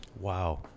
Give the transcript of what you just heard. Wow